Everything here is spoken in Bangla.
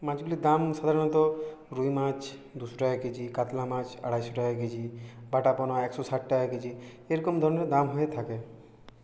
মাছগুলির দাম সাধারণত রুই মাছ দুশো টাকা কেজি কাতলা মাছ আড়াইশো টাকা কেজি বাটা পোনা একশো ষাট টাকা কেজি এরকম ধরনের দাম হয়ে থাকে